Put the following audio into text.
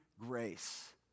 grace